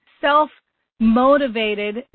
self-motivated